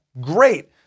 Great